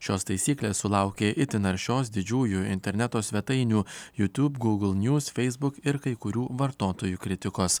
šios taisyklės sulaukė itin aršios didžiųjų interneto svetainių youtube google news facebook ir kai kurių vartotojų kritikos